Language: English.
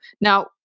Now